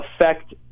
affect –